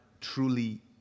truly